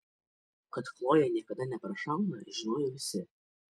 kad chlojė niekada neprašauna žinojo visi